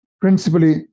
principally